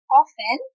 often